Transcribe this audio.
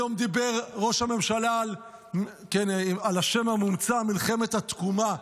היום דיבר ראש הממשלה על השם המומצא מלחמת התקומה.